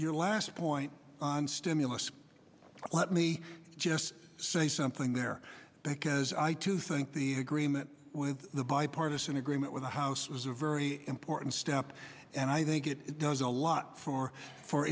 your last point on stimulus let me just say something there because i too think the agreement with the bipartisan agreement with the house was a very important step i think it does a lot for for